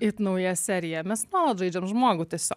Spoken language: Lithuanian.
it nauja serija mes nuolat žaidžiam žmogų tiesiog